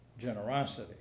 generosity